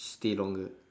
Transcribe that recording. stay longer